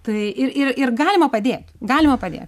tai ir ir ir galima padėt galima padėt